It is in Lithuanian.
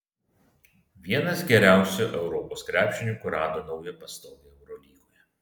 vienas geriausių europos krepšininkų rado naują pastogę eurolygoje